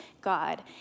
God